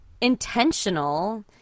intentional